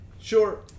sure